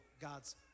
God's